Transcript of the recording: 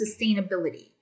sustainability